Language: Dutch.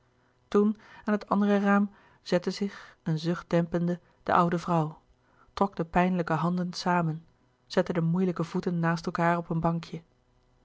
toen aan het andere raam zette zich een zucht dempende de oude vrouw trok de pijnlijke handen samen zette de moeilijke voeten naast elkaâr op een bankje